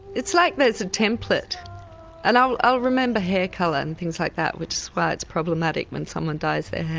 it's like but there's a template and i'll remember hair colour and things like that which is why it's problematic when someone dyes their hair.